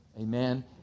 amen